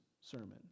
sermon